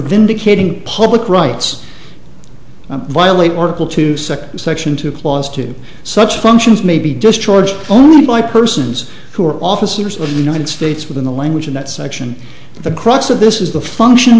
vindicating public rights violate article two second section two clause to such functions may be discharged only by persons who are officers of the united states within the language in that section the crux of this is the function